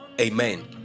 Amen